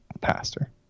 pastor